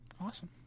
Awesome